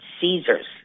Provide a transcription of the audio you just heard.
Caesars